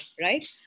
right